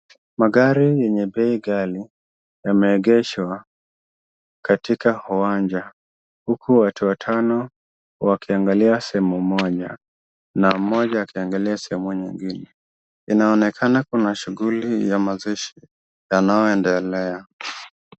Magari yenye bei ghali yameegezwa katika uwanja, huku watu watano wakiangalia sehemu moja na mmoja akiangalia sehemu nyingine. Inaonekana kuna shughuli ya mazishi yanayoendelea.